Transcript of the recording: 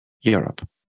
Europe